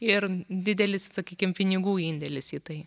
ir didelis sakykim pinigų indėlis į tai